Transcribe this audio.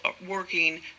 working